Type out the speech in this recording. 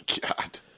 God